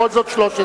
בכל זאת 13?